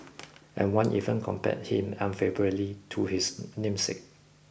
and one even compared him unfavourably to his namesake